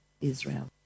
Israel